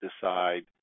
decide